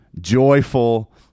joyful